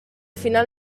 final